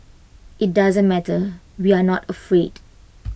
IT doesn't matter we are not afraid